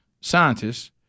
scientists